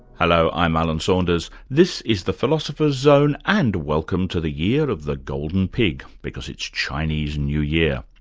hello, i'm alan saunders this is the philosopher's zone, and welcome to the year of the golden pig, because it's chinese new year.